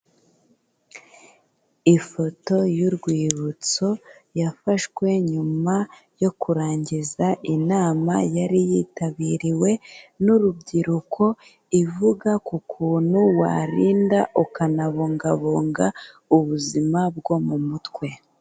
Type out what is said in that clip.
Ifoto y'urwibutso yafashwe nyuma yo kurangiza inama yari yitabiriwe n'urubyiruko, ivuga ku kuntu warinda ukanabungabunga ubuzima bwo mu mutwe.